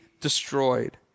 destroyed